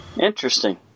Interesting